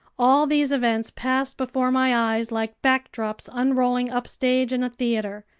all these events passed before my eyes like backdrops unrolling upstage in a theater.